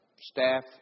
staff